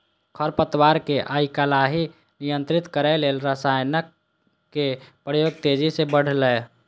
खरपतवार कें आइकाल्हि नियंत्रित करै लेल रसायनक प्रयोग तेजी सं बढ़लैए